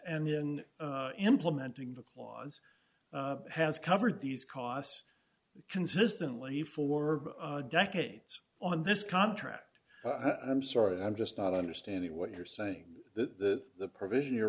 and in implementing the clause has covered these costs consistently for decades on this contract i'm sorry i'm just not understanding what you're saying that the provision you're